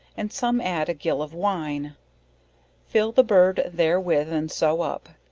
and some add a gill of wine fill the bird therewith and sew up,